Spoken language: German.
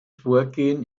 vorgehen